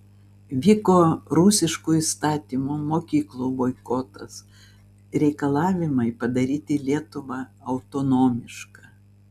vyko rusiškų įstatymų mokyklų boikotas reikalavimai padaryti lietuvą autonomišką